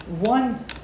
one